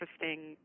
interesting